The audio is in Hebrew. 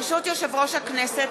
ברשות יושב-ראש הכנסת,